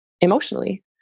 emotionally